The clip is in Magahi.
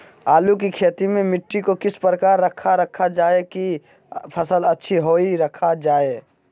आलू की खेती में मिट्टी को किस प्रकार रखा रखा जाए की फसल अच्छी होई रखा जाए?